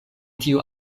tio